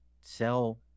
sell